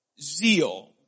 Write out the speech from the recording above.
zeal